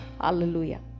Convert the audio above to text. Hallelujah